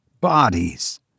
bodies